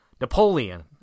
Napoleon